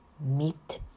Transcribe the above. Meet